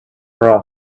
for